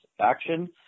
action